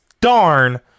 Darn